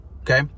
okay